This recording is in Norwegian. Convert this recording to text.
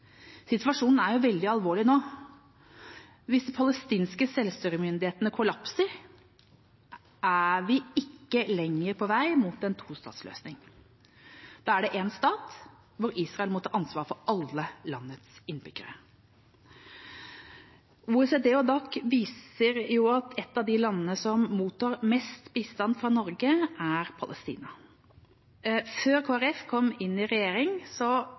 Situasjonen er veldig alvorlig nå. Hvis de palestinske selvstyremyndighetene kollapser, er vi ikke lenger på vei mot en tostatsløsning. Da er det én stat, hvor Israel må ta ansvar for alle landets innbyggere. OECD og DAC viser til at et av landene som mottar mest bistand fra Norge, er Palestina. Før Kristelig Folkeparti kom inn i regjering,